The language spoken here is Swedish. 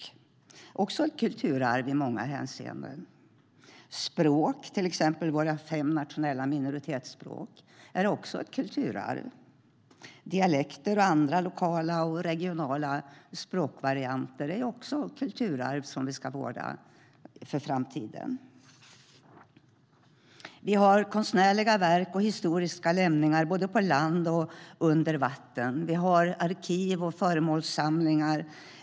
Det är också ett kulturarv i många hänseenden. Språk, till exempel våra fem nationella minoritetsspråk, är också ett kulturarv. Dialekter och andra lokala och regionala språkvarianter är också kulturarv som vi ska vårda för framtiden. Vi har konstnärliga verk och historiska lämningar både på land och under vatten. Vi har arkiv och föremålssamlingar.